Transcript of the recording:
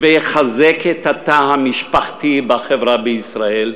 ויחזק את התא המשפחתי בחברה בישראל.